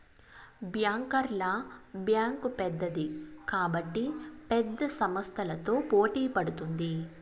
బ్యాంకర్ల బ్యాంక్ పెద్దది కాబట్టి పెద్ద సంస్థలతో పోటీ పడుతుంది